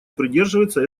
придерживается